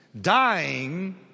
dying